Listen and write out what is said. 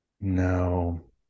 No